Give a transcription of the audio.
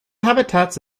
habitats